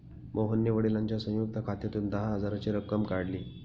मोहनने वडिलांच्या संयुक्त खात्यातून दहा हजाराची रक्कम काढली